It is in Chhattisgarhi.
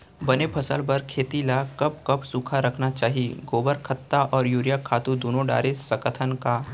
बने फसल बर खेती ल कब कब सूखा रखना चाही, गोबर खत्ता और यूरिया खातू दूनो डारे सकथन का?